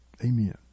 Amen